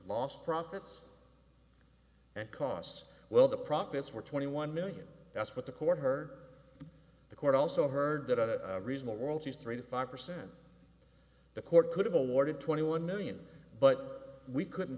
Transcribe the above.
lost profits and costs well the profits were twenty one million that's what the court heard the court also heard that a reasonable world is three to five percent the court could have awarded twenty one million but we couldn't